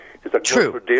True